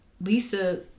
Lisa